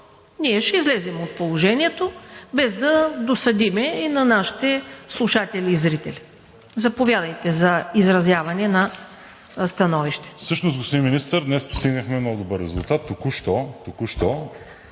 ние ще излезем от положението, без да досадим и на нашите слушатели и зрители. Заповядайте за изразяване на становище.